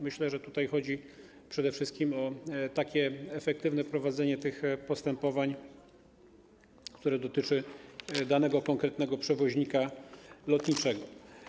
Myślę, że tutaj chodzi przede wszystkim o efektywne prowadzenie tych postepowań, które dotyczą danego konkretnego przewoźnika lotniczego.